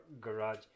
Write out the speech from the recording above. garage